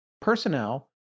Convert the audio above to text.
personnel